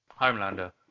Homelander